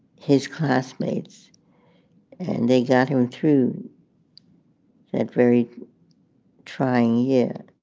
his classmates and they got. he went through that very trying year